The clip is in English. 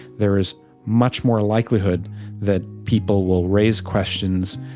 there is much more likelihood that people will raise questions,